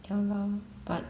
ya lor but